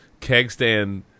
Kegstand